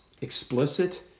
explicit